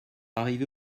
arrivée